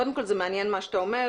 קודם כל זה מעניין מה שאתה אומר,